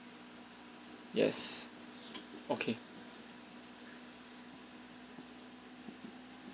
yes okay